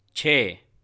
چھ